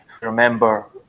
Remember